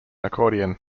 accordion